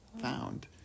found